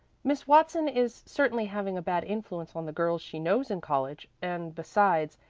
miss watson is certainly having a bad influence on the girls she knows in college, and besides,